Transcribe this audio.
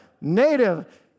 native